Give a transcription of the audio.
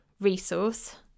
resource